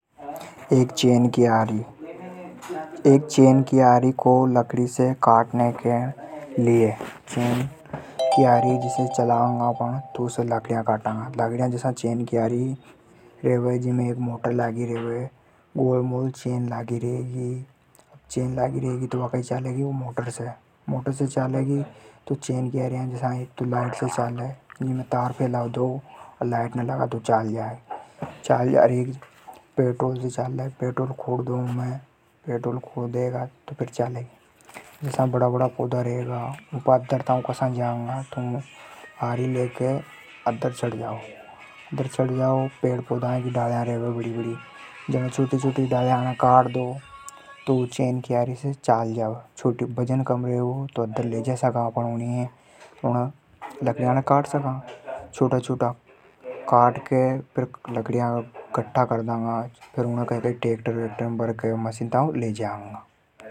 एक चैन की आरी लकड़ी से चलांगा अपन। तो उसे लकड़ियां काटंगा। चैन की आरी जिम एक मोटर लगी रेवे। वा लाइट से चाले। अर एक पेट्रोल से भी चाले। बड़ा बड़ा पेड़ रेवे तो उणे काट बा काने आरी लेर उपर चढ़ जाओ। उमे वजन कम रेवे तो ऊपर ले जा सका। फेर लकड़ियां काट के मशीन तक ले जागा।